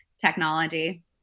technology